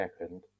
second